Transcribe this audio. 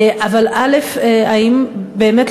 אבל האם באמת,